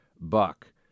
buck